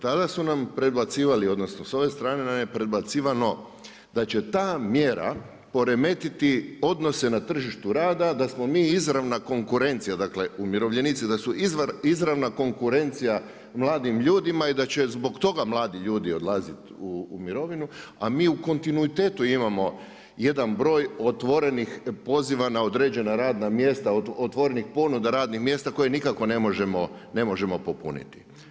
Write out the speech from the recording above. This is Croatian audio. Tada su nam predbacivali, odnosno s ove strane nam je predbacivano da će ta mjera poremetiti odnose na tržištu rada, da smo mi izravna konkurencija, dakle umirovljenici da su izravna konkurencija mladim ljudima i da će zbog toga mladi ljudi odlazi u mirovinu a mi u kontinuitetu imamo jedan broj otvorenih poziva na određena radna mjesta, otvorenih ponuda radnih mjesta koje nikako ne možemo popuniti.